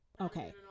Okay